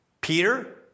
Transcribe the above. Peter